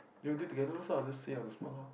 they will do together lor so I'll just say on the spot lor